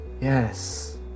Yes